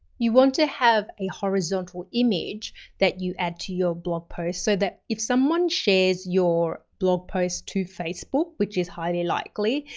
you want to have a horizontal image that you add to your blog post so that if someone shares your blog posts to facebook, which is highly likely,